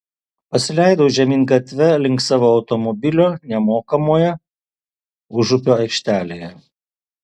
pasileidau žemyn gatve link savo automobilio nemokamoje užupio aikštelėje